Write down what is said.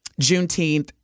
Juneteenth